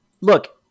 look